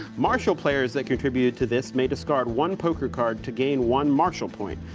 marshal players that contributed to this may discard one poker card to gain one marshal point.